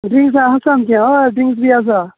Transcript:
drinks बी आसा आमचें हय हय ड्रिंक्स बी आसा